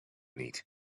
niet